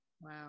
Wow